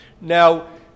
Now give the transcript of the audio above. Now